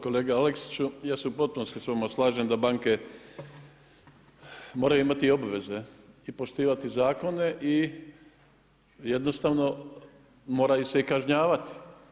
Kolega Aleksiću ja se u potpunosti s vama slažem da banke moraju imati i obveze i poštivati zakone i jednostavno mora ih se i kažnjavati.